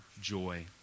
joy